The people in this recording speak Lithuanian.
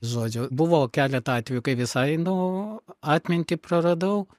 žodžiu buvo keletą atvejų kai visai nu atmintį praradau